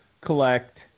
collect